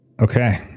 Okay